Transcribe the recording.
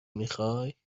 میخوای